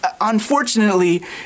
unfortunately